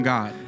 God